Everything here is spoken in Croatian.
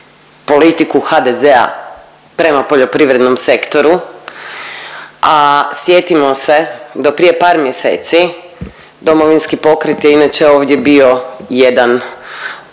politiku HDZ-a prema poljoprivrednom sektoru, a sjetimo se do prije par mjeseci Domovinski pokret je inače ovdje bio jedan